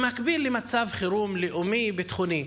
במקביל למצב חירום לאומי-ביטחוני,